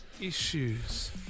Issues